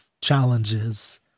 challenges